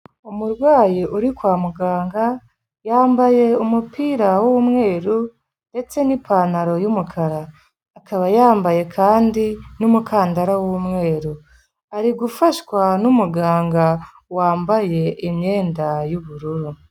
Umurwayi uri kwa muganga yambaye umupira w'umweru ndetse n'ipantaro y'umukara, akaba yambaye kandi n'umukandara w'umweru, ari gufashwa n'umuganga wambaye imyenda y'ubururu.